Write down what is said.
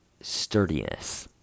sturdiness